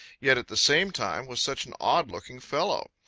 yet at the same time was such an odd looking fellow.